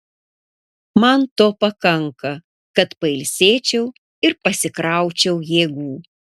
man to pakanka kad pailsėčiau ir pasikraučiau jėgų